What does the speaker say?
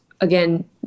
again